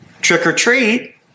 trick-or-treat